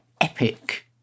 epic